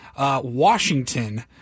Washington